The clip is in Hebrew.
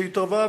שהתערבה,